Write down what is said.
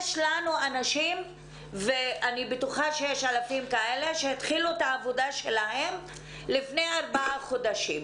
יש אנשים רבים שהתחילו את העבודה שלהם לפני ארבעה חודשים,